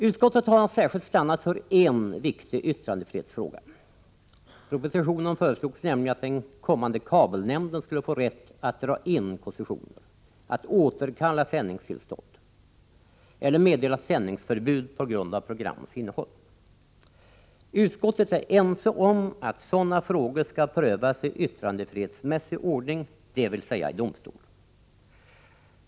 Utskottet har särskilt stannat för en viktig yttrandefrihetsfråga. I propositionen föreslogs nämligen att den kommande kabelnämnden skulle få rätt att dra in koncessioner, att återkalla sändningstillstånd eller meddela sändningsförbud på grundval av programmens innehåll. Utskottet är ense om att sådana frågor skall prövas i yttrandefrihetsmässig ordning, dvs. i domstol.